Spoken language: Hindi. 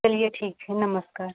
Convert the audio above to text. चलिए ठीक है नमस्कार